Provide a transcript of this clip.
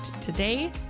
today